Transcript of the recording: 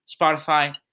Spotify